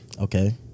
Okay